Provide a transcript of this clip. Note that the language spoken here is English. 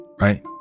Right